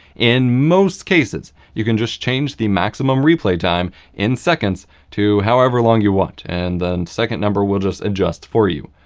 in most cases, you can just change the maximum replay time in seconds to however long you want, and the second number will adjust for you.